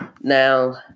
Now